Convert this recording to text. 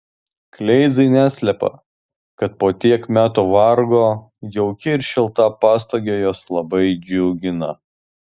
kleizai neslepia kad po tiek metų vargo jauki ir šilta pastogė juos labai džiugina